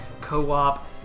co-op